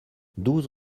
douze